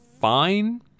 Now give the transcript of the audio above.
fine